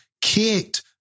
kicked